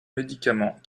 médicaments